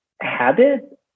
habit